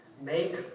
make